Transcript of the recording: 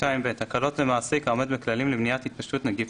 סעיף 2ב. הקלות למעסיק העומד בכללים למניעת התפשטות נגיף